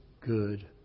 good